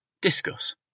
Discuss